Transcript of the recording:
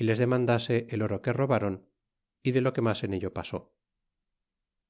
y les demandase el oro que robaron y de lo que mas en ello pasó